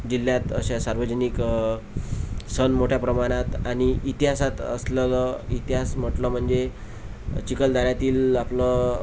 जिल्ह्यात अशा सार्वजनिक सण मोठ्या प्रमाणात आणि इतिहासात असलेलं इतिहास म्हटलं म्हणजे चिखलदऱ्यातील आपलं